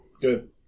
Good